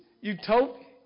utopia